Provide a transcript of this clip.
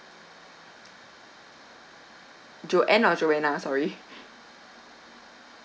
joanne or joanna sorry